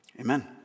amen